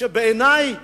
בעיני,